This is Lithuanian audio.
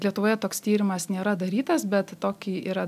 lietuvoje toks tyrimas nėra darytas bet tokį yra